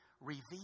revealed